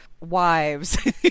wives